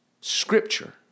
scripture